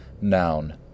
noun